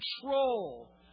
control